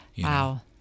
wow